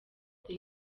the